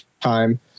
time